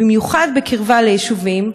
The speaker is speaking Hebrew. במיוחד בקרבה ליישובים,